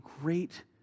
great